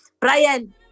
Brian